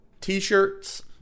T-shirts